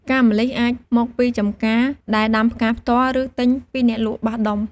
ផ្កាម្លិះអាចយកមកពីចម្ការដែលដាំផ្កាផ្ទាល់ ឬទិញពីអ្នកលក់បោះដុំ។